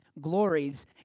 glories